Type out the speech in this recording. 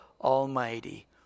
Almighty